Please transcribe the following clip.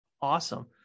awesome